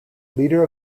leader